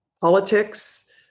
politics